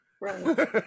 right